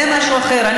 נכון.